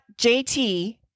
JT